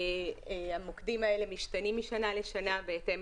המוקדים האלה משתנים משנה לשנה בהתאם